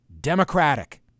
democratic